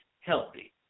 healthy